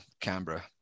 Canberra